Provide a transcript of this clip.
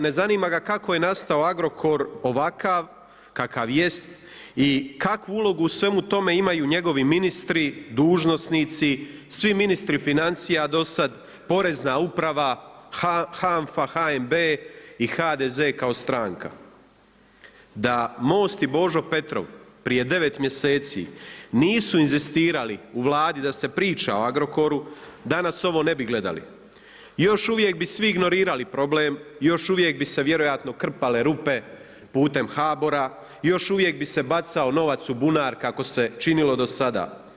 Ne zanima ga kako je nastao Agrokor ovakav kakav jest i kakvu ulogu u svemu tome imaju njegovi ministri, dužnosnici, svi ministri financija, do sada Porezna uprava, HANFA, HNB i HDZ kao stranka, da Most i Božo Petrov prije devet mjeseci nisu inzistirali u Vladi da se priča o Agrokoru danas ovo ne bi gledali, još uvijek bi svi ignorirali problem, još uvijek bi se vjerojatno krpale rupe putem HBOR-a, još uvijek bi se bacao novac u bunar kako se činilo do sada.